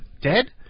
Dead